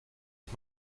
und